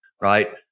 right